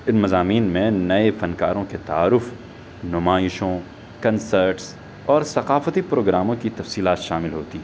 ان مضامین میں نئے فنکاروں کے تعارف نمائشوں کنسرٹس اور ثقافتی پروگراموں کی تفصیلات شامل ہوتی ہیں